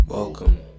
Welcome